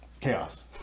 chaos